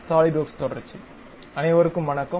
SolidWorks தொடர்ச்சி அனைவருக்கும் வணக்கம்